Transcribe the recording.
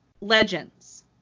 legends